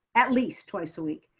at least twice a week.